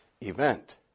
event